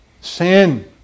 sin